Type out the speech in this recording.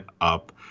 up